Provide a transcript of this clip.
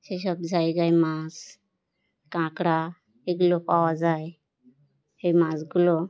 সেসব জায়গায় মাছ কাঁকড়া এগুলো পাওয়া যায় এই মাছগুলো